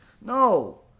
No